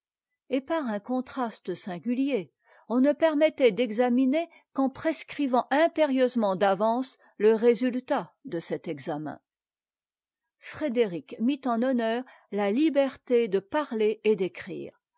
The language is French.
et par un contraste singulier on ne permettait d'examiner qu'en prescrivant impérieusement d'avance le résultat de cet examen frédéric mit en honneur la liberté de parler et d'écrire